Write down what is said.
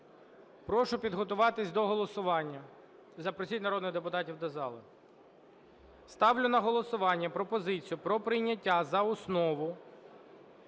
Прошу підготуватись до голосування. І запросіть народних депутатів до зали. Ставлю на голосування пропозицію про прийняття за основу